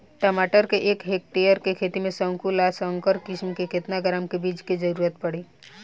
टमाटर के एक हेक्टेयर के खेती में संकुल आ संकर किश्म के केतना ग्राम के बीज के जरूरत पड़ी?